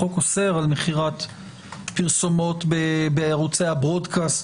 החוק אוסר על מכירת פרסומות בערוצי הברודקאסט,